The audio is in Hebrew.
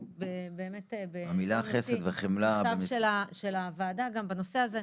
באמת נוציא מכתב של הוועדה גם בנושא הזה,